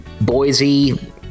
Boise